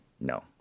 No